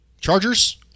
Chargers